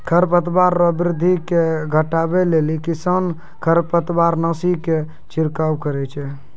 खरपतवार रो वृद्धि के घटबै लेली किसान खरपतवारनाशी के छिड़काव करै छै